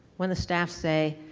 when the staff say,